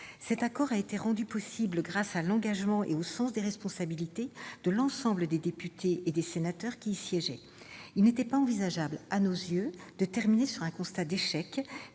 Cet accord a été rendu possible grâce à l'engagement et au sens des responsabilités de l'ensemble des députés et des sénateurs qui y siégeaient. Il n'était pas envisageable, à nos yeux, de terminer sur un constat d'échec,